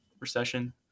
recession